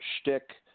shtick